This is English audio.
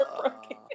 broken